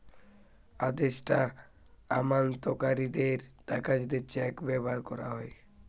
আদেষ্টা আমানতকারীদের টাকা দিতে চেক ব্যাভার কোরা হয়